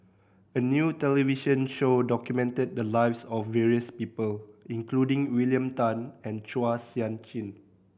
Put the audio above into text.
a new television show documented the lives of various people including William Tan and Chua Sian Chin